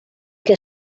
que